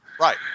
Right